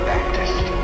Baptist